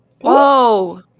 Whoa